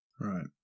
Right